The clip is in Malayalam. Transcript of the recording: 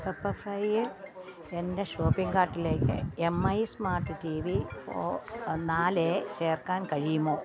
പെപ്പർഫ്രൈയ് എൻ്റെ ഷോപ്പിംഗ് കാർട്ടിലേക്ക് M I smart T V O നാല് എ ചേർക്കാൻ കഴിയുമോ